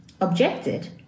objected